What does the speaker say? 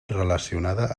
relacionada